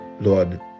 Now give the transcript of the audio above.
Lord